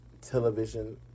television